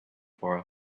for